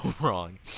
wrong